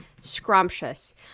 scrumptious